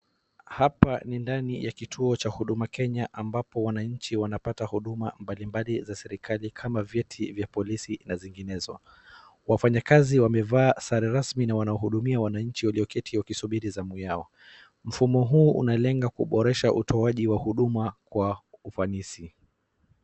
Hapa ni ndani ya kituo cha Huduma Kenya ambapo wananchi wanapata huduma mbalimbali za serikali kama vyeti vya polisi na zinginezo. Wafanyakazi wamevaa sare rasmi na wanahudumia wananchi walioketi wakisubiri zamu yao. Mfumo huu unalenga kuboresha utoaji wa huduma kwa ufanisi.